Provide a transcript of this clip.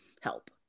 help